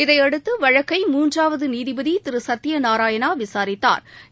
இதையடுத்து வழக்கை மூன்றாவது நீதிபதி திரு சத்திய நாராயணா விசாரித்தாா்